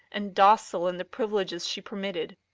and docile in the privileges she permitted.